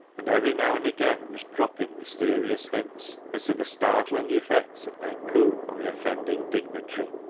and every now and again was dropping mysterious hints as to the startling effects of their coup on the offending dignitary.